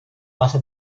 base